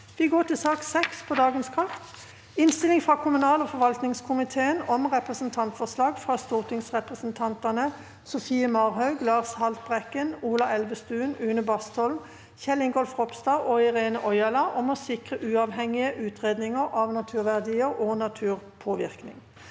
sak nr. 5. Sak nr. 6 Innstilling fra kommunal- og forvaltningskomiteen om Representantforslag fra stortingsrepresentantene Sofie Marhaug, Lars Haltbrekken, Ola Elvestuen, Une Bastholm, Kjell Ingolf Ropstad og Irene Ojala om å sikre uavhengige utredninger av naturverdier og naturpåvirk- ning